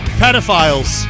pedophiles